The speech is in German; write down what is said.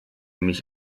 mich